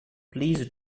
please